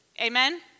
Amen